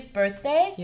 birthday